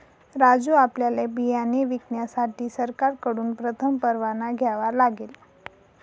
राजू आपल्याला बियाणे विकण्यासाठी सरकारकडून प्रथम परवाना घ्यावा लागेल